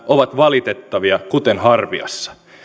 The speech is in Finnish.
ovat valitettavia kuten harviassa